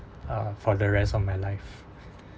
uh for the rest of my life